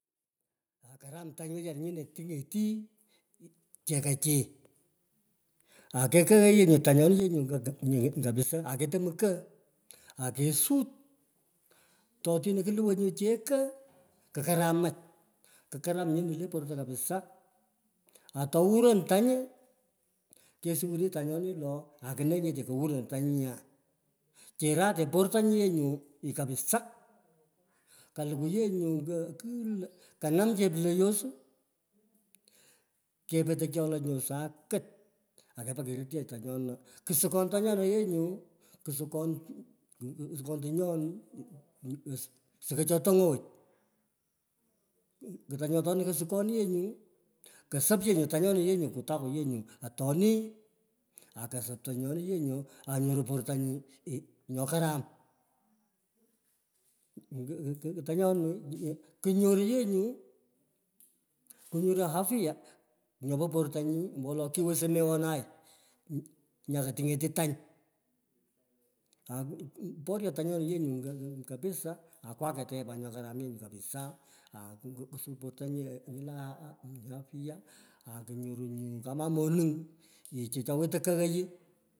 Aaa, karam tany kenai nyino tunget chekochi. Ake kognoi yee nyu tanyoni ye nyu kapisa ake to mko, akesut. Totini kuluwei nyu cheko, ku karamach, ku karam nyini lo porto kapisaa. Ao wuron tany kesuwini tanyoni lo, akunenyete kowurono tanyi nyu. Charate portanyi ye nyu kapisa kalukwu yee nyu kigh lo, kanam cheeloyos, kepete kyolo nyu sakit akepa ye kerit tanyona. Kusukon tanyona yee nyu, kusokon kusukun tinyon, soko cho tengooch. Kutu otana kesukon yee nyuu, kosop ye nyu tanyoni, yenyu kutangu ye nyo karam, ku kunyoru ye nyu konyoru afya nyopo retanyi ombowolo kiwo somewanai, nya kotingeti tany. Ak poryo tanyoni lee nyo kapisa, akwaketa ye pot nyo karam kapisa ak kusupotu yee nyila afya, akunyoru nyu kama moning, chekochi cho wetei kogkoi.